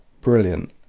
brilliant